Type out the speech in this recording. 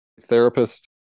therapist